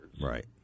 Right